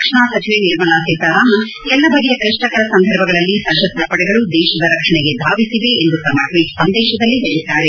ರಕ್ಷಣಾ ಸಚಿವೆ ನಿರ್ಮಲಾ ಸೀತಾರಾಮನ್ ಎಲ್ಲ ಬಗೆಯ ಕ್ಲಿಷ್ಟಕರ ಸಂದರ್ಭಗಳಲ್ಲಿ ಸಶಸ್ತ್ರ ಪಡೆಗಳು ದೇಶದ ರಕ್ಷಣೆಗೆ ಧಾವಿಸಿವೆ ಎಂದು ತಮ್ಮ ಟ್ವೀಟ್ ಸಂದೇಶದಲ್ಲಿ ಹೇಳಿದ್ದಾರೆ